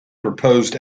proposed